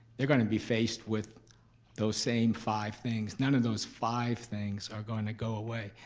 they're going to be faced with those same five things. none of those five things are gonna go away.